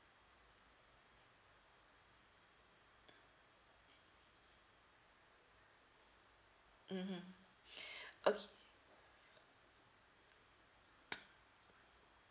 mmhmm okay